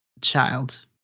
child